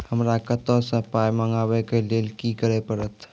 हमरा कतौ सअ पाय मंगावै कऽ लेल की करे पड़त?